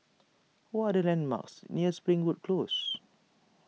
what are the landmarks near Springwood Close